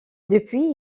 depuis